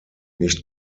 nicht